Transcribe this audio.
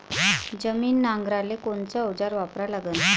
जमीन नांगराले कोनचं अवजार वापरा लागन?